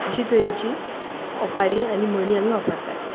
अशे तरेची ओंपारी आनी म्हणी आमी वापरतात